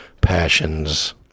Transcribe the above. passions